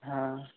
ହଁ